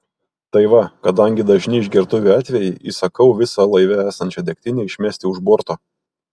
tai va kadangi dažni išgertuvių atvejai įsakau visą laivę esančią degtinę išmesti už borto